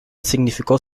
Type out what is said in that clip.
significó